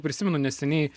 prisimenu neseniai